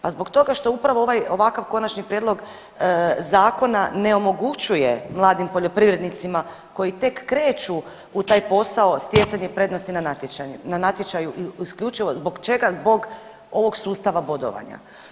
Pa zbog toga što upravo ovakav konačni prijedlog zakona ne omogućuje mladim poljoprivrednicima koji tek kreću u taj posao stjecanje prednosti na natječaju isključivo zbog čega, zbog ovog sustava bodovanja.